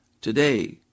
today